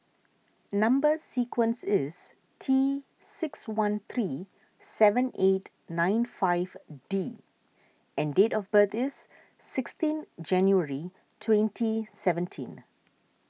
Number Sequence is T six one three seven eight nine five D and date of birth is sixteen January twenty seventeen